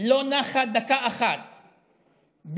לא נחה דקה אחת בפעילות,